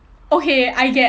okay I get